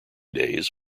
days